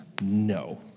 No